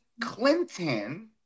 Clinton